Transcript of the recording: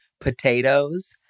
potatoes